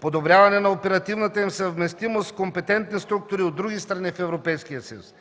подобряване на оперативната им съвместимост с компетентни структури от други страни в Европейския съюз,